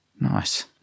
Nice